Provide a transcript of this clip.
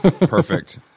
Perfect